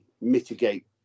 mitigate